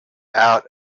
out